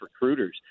recruiters